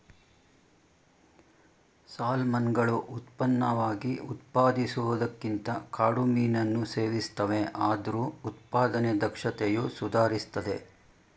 ಸಾಲ್ಮನ್ಗಳು ಉತ್ಪನ್ನವಾಗಿ ಉತ್ಪಾದಿಸುವುದಕ್ಕಿಂತ ಕಾಡು ಮೀನನ್ನು ಸೇವಿಸ್ತವೆ ಆದ್ರೂ ಉತ್ಪಾದನೆ ದಕ್ಷತೆಯು ಸುಧಾರಿಸ್ತಿದೆ